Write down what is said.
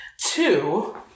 Two